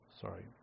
sorry